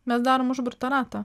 mes darom užburtą ratą